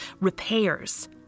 repairs